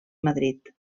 madrid